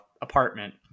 apartment